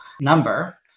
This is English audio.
number